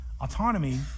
Autonomy